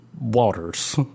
Waters